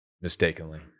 mistakenly